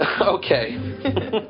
Okay